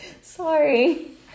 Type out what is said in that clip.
sorry